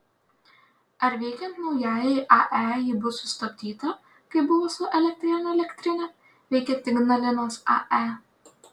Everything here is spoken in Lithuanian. ar veikiant naujajai ae ji bus sustabdyta kaip buvo su elektrėnų elektrine veikiant ignalinos ae